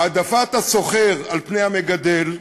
העדפת הסוחר על-פני המגדל,